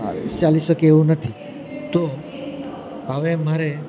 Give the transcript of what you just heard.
ચાલી શકે એવું નથી તો હવે મારે